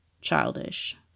childish